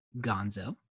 Gonzo